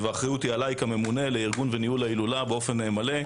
האחריות היא עליי כממונה לארגון וניהול ההילולה באופן מלא,